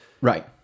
right